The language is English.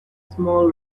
small